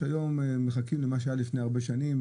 מה שהיה לפני הרבה שנים,